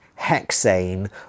hexane